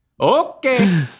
Okay